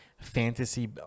fantasy